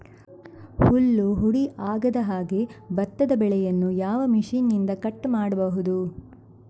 ಹುಲ್ಲು ಹುಡಿ ಆಗದಹಾಗೆ ಭತ್ತದ ಬೆಳೆಯನ್ನು ಯಾವ ಮಿಷನ್ನಿಂದ ಕಟ್ ಮಾಡಬಹುದು?